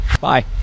Bye